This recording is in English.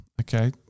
Okay